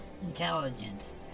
intelligence